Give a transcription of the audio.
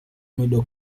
middle